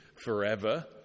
forever